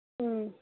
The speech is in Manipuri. ꯎꯝ